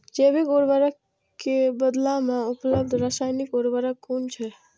जैविक उर्वरक के बदला में उपलब्ध रासायानिक उर्वरक कुन छै?